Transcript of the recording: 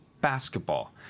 basketball